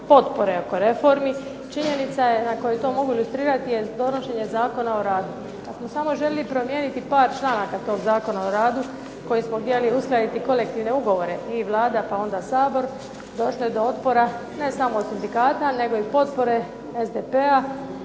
potpore oko reformi, činjenica je na kojoj to mogu ilustrirati je donošenje Zakona o radu. …/Govornica udaljena od mikrofona, ne razumije se./… željeli promijeniti par članaka tog Zakona o radu, kojim smo htjeli uskladiti kolektivne ugovore i Vlada pa onda Sabor došlo je do otpora ne samo od sindikata nego i potpore SDP-a